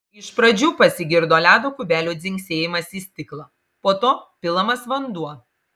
iš pradžių pasigirdo ledo kubelių dzingsėjimas į stiklą po to pilamas vanduo